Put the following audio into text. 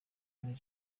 king